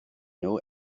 nhw